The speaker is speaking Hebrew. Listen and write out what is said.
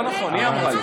לא נכון, היא אמרה לי.